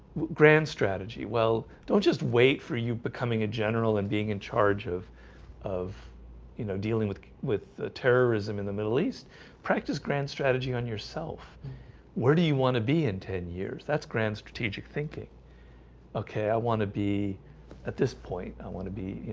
grand strategy. well, don't just wait for you becoming a general and being in charge of of you know dealing with with terrorism in the middle east practice grand strategy on yourself where do you want to be in ten years? that's grand strategic thinking ok, i want to be at this point. i want to be you